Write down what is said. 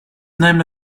named